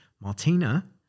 Martina